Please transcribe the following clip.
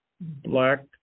black